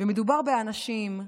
ומדובר באנשים,